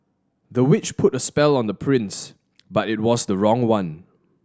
the witch put a spell on the prince but it was the wrong one